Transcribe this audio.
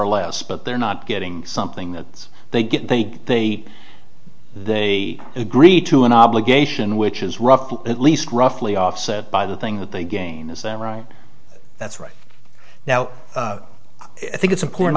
or less but they're not getting something that they get think they are they agreed to an obligation which is roughly at least roughly offset by the thing that they gain is that right that's right now i think it's important